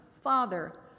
Father